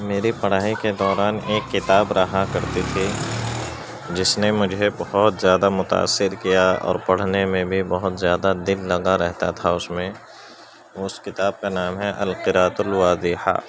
میری پڑھائی کے دوران ایک کتاب رہا کرتی تھی جس نے مجھے بہت زیادہ متاثر کیا اور پڑھنے میں بھی بہت زیادہ دل لگا رہتا تھا اس میں اس کتاب کا نام ہے القراۃ الواضحہ